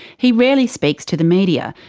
he rarely speaks to the media,